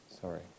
Sorry